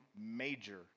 major